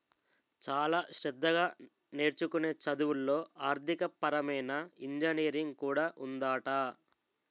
చాలా శ్రద్ధగా నేర్చుకునే చదువుల్లో ఆర్థికపరమైన ఇంజనీరింగ్ కూడా ఉందట